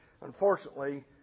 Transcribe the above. Unfortunately